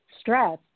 stress